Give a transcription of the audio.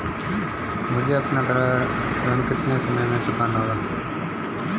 मुझे अपना गृह ऋण कितने समय में चुकाना होगा?